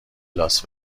لاس